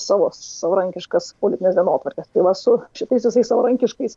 savo savarankiškas politines dienotvarkes tai va su šitais visais savarankiškais